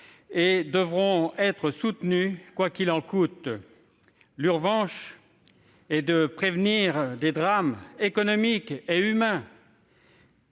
et devront être soutenus « quoi qu'il en coûte ». L'urgence est de prévenir des drames économiques et humains.